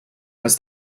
was